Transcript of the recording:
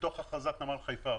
מתוך הכרזת נמל חיפה.